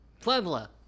Puebla